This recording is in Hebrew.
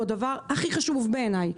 הוא הדבר הכי חשוב בעיניי.